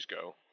go